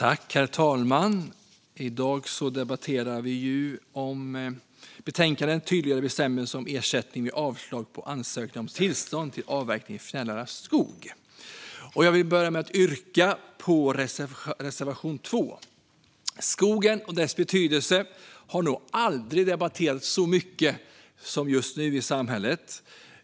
Herr talman! I dag debatterar vi betänkandet Tydligare bestämmelser om ersättning vid avslag på ansökningar om tillstånd till avverkning i fjällnära skog . Jag vill börja med att yrka bifall till reservation 2. Skogen och dess betydelse har nog aldrig debatterats så mycket som just nu i samhället.